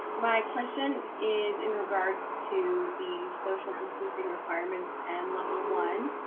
my question is in regards to the social distancing requirements and level one.